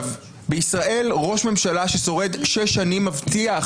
בישראל ראש ממשלה ששורד שש שנים מבטיח